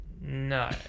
no